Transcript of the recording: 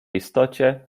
istocie